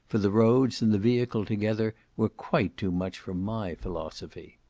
for the roads and the vehicle together were quite too much for my philosophy.